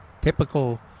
typical